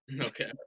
Okay